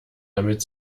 damit